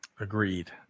Agreed